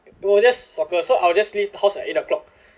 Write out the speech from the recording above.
it will just soccer so I will just leave the house at eight o'clock